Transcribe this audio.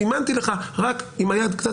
סימנתי לך רק עם היד קצת,